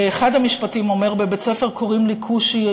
ואחד המשפטים אומר: "בבית-הספר קוראים לי כושי,